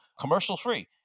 commercial-free